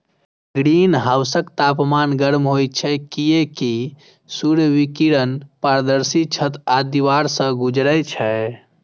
ग्रीनहाउसक तापमान गर्म होइ छै, कियैकि सूर्य विकिरण पारदर्शी छत आ दीवार सं गुजरै छै